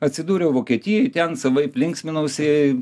atsidūriau vokietijoj ten savaip linksminausi